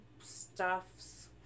stuffs